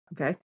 Okay